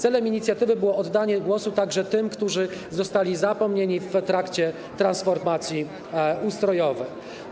Celem inicjatywy było oddanie głosu także tym, którzy zostali zapomniani w trakcie transformacji ustrojowej.